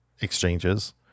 exchanges